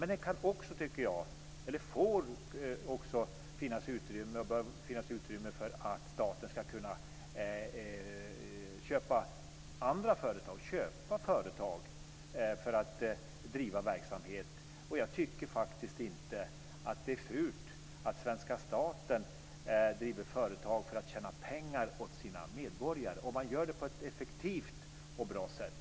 Men det bör också finnas utrymme för staten att köpa företag för att driva verksamhet. Jag tycker faktiskt inte att det är fult att svenska staten driver företag för att tjäna pengar åt sina medborgare, om man gör det på ett effektivt och bra sätt.